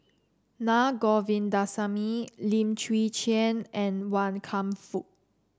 Na Govindasamy Lim Chwee Chian and Wan Kam Fook